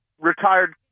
retired